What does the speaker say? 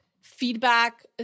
feedback